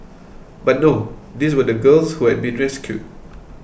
but no these were the girls who had been rescued